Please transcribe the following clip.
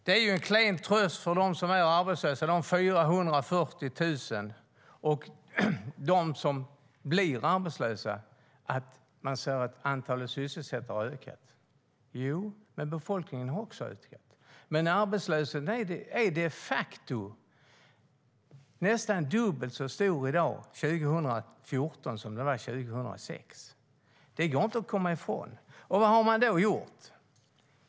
Det är en klen tröst för de 440 000 som är arbetslösa och de som blir arbetslösa att antalet sysselsatta har ökat. Jo, men befolkningen har också ökat. Arbetslösheten är de facto nästan dubbelt så hög i dag, 2014, som den var 2006. Det går inte att komma ifrån. Vad har ni då gjort?